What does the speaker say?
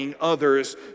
others